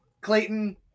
Clayton